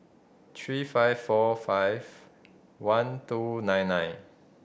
three five four five one two nine nine